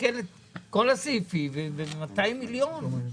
תסתכל על כל הסעיפים, 200 מיליון.